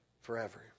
forever